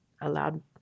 allowed